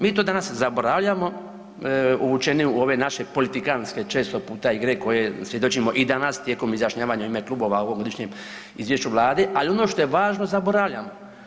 Mi to danas zaboravljamo uvučeni u ove naše politikanske često puta igre koje svjedočimo i danas tijekom izjašnjavanja u ime klubova o ovogodišnjem izvješću vladi, ali ono što je važno zaboravljamo.